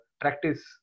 practice